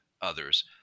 others